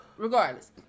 Regardless